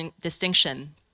distinction